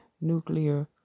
nuclear